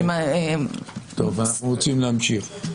יעל, אנחנו רוצים להמשיך.